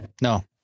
No